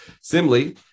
Similarly